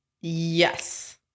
Yes